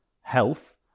health